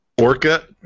Orca